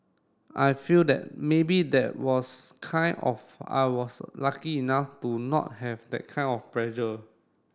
I feel that maybe that was kind of I was lucky enough to not have that kind of pressure